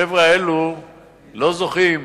החבר'ה האלה לא זוכים